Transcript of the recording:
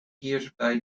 hierbij